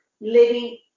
living